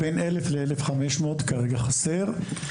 בין 1,000 ל-1,500 כרגע חסר.